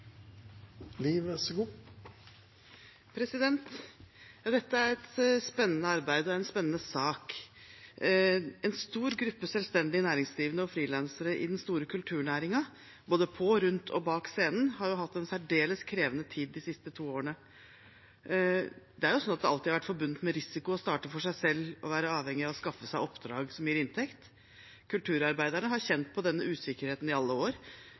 Dette er et spennende arbeid. Det er en spennende sak. En stor gruppe selvstendig næringsdrivende og frilansere i den store kulturnæringen både på, rundt og bak scenen har jo hatt en særdeles krevende tid de siste to årene. Det har alltid vært forbundet med risiko å starte for seg selv og være avhengig av å skaffe seg oppdrag som gir inntekt. Kulturarbeiderne har kjent på denne usikkerheten i alle år,